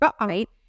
right